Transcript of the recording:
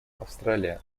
австралия